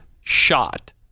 shot